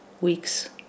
weeks